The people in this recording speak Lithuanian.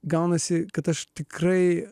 gaunasi kad aš tikrai